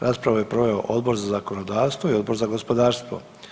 Raspravu je proveo Odbor za zakonodavstvo i Odbor za gospodarstvo.